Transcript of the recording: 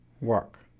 work